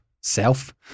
self